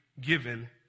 given